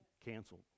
canceled